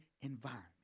environment